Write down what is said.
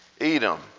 Edom